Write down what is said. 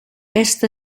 éste